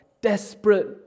Desperate